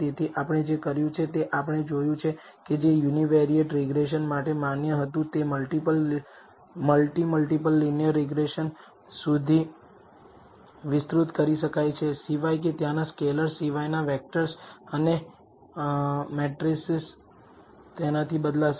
તેથી આપણે જે કર્યું છે તે આપણે જોયું છે કે જે યુનીવેરીયેટ રીગ્રેસન માટે માન્ય હતું તે મલ્ટિ મલ્ટીપલ લીનીયર રીગ્રેસન સુધી વિસ્તૃત કરી શકાય છે સિવાય કે ત્યાંના સ્કેલર્સ સિવાયના વેક્ટર્સ અને મેટ્રિસીસ તેનાથી બદલાશે